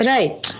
Right